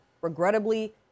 regrettably